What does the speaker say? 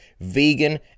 vegan